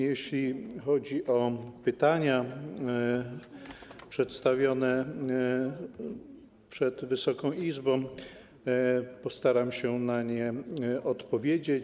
Jeśli chodzi o pytania przedstawione przed Wysoką Izbą, postaram się na nie odpowiedzieć.